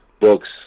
books